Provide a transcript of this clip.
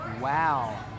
Wow